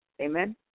Amen